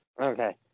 okay